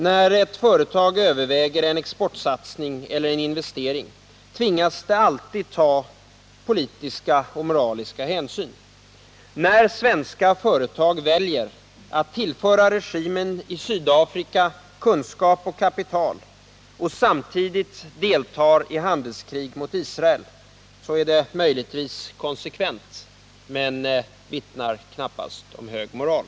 När ett företag överväger en exportsatsning eller en investering tvingas det alltid att ta politiska och moraliska hänsyn. När svenska företag väljer att tillföra regimen i Sydafrika kunskap och kapital och samtidigt deltar i handelskrig mot Israel är det möjligtvis konsekvent men vittnar knappast om hög moral.